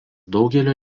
daugelio